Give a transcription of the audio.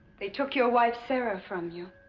they took your wife sara from you